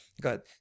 good